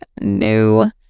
No